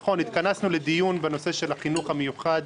נכון, התכנסנו לדיון בנושא של החינוך המיוחד,